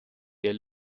der